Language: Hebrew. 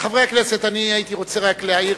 חברי הכנסת, אני הייתי רוצה רק להעיר